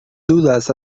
dudas